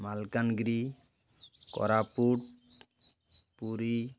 Malkangiri Koraput Puri